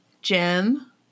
Jim